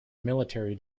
military